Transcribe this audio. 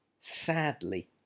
sadly